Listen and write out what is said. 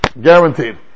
guaranteed